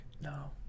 No